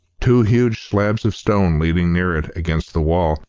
two huge slabs of stone leaning near it, against the wall,